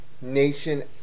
nation